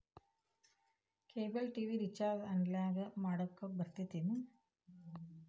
cable TV recharge ಆನ್ಲೈನ್ನ್ಯಾಗು ಮಾಡಕ ಬರತ್ತೇನು